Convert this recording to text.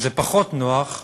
זה פחות נוח,